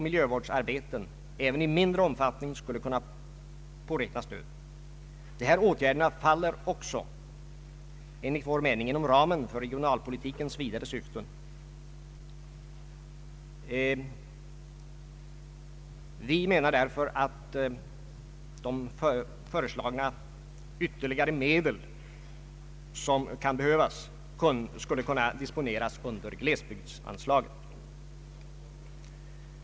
Bidrag/ avskrivningslån skulle dock i regel icke utgå i fråga om industriserviceverksamhet eller vid rationalisering.